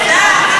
בלית ברירה,